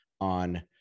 on